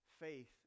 Faith